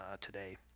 today